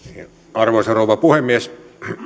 arvoisa rouva puhemies